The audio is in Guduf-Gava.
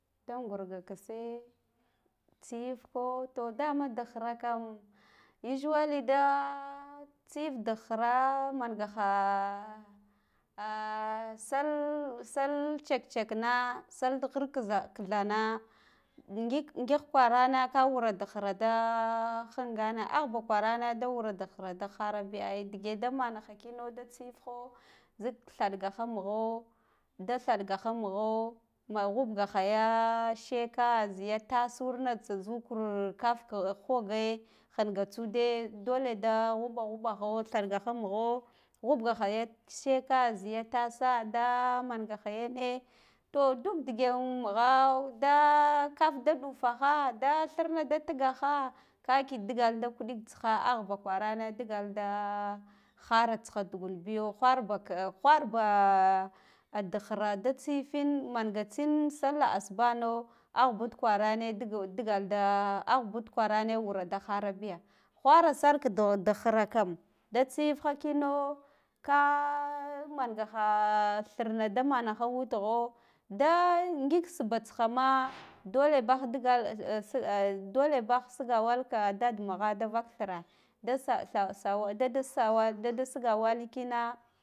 Da ngurga kisse tsiif ko ta dan dik khirakam usually da tsiif dik khira manga haa a sall, sall tsek ta ekna sall dighir kiza, kithana gik gin kwarana ka wara dik khira da hangane ahba kwarane da wur a dik khira da hara bigi bi ai dige da manaha kina da tsiifho zik thaɗgaha mugho da thaɗgaha mogho ma ghubgaha ga sheka ziya tasur zukur kaf k hoge hinga tsude dole da ghuba ghubaho thaɗgaha mugho ghubgaha ya sheka ziya tasa daa mangaha yene to duk dege am mugha da kaf da dufuha da thirna da tigaha ka ki ndigal da kuɗig tsiha ahba kwarane digal da hara tsiha du gunbiyo wharba la wharba a dik hira da tsiifin manga tsin sallah asbano ahbud kwarane ndig ndigal da ahbud kwarane wara da harabiya whara sar k dihira kam da tsifha kina ka mangaha thirna da nanaho an witigho da ngik sba tsihama dole bah ndigal a as a dale sigawal ka dadd mu gha da vak thira da tha sawal dadda sigawal kina